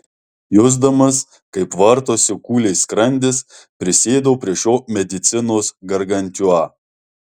jusdamas kaip vartosi kūliais skrandis prisėdau prie šio medicinos gargantiua